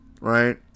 right